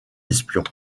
espions